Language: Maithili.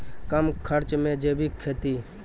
कम खर्च मे जैविक खेती?